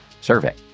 survey